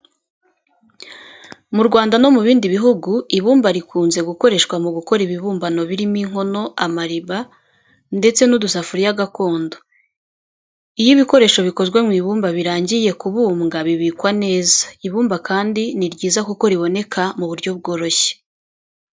Mu Rwanda no mu bindi bihugu, ibumba rikunze gukoreshwa mu gukora ibibumbano birimo: inkono, amariba, ndetse n'udusafuriya gakondo. Iyo ibikoresho bikozwe mu ibumba birangiye kubumbwa bibikwa neza. Ibumba kandi ni ryiza kuko riboneka mu buryo bworoshye.